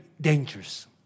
dangerous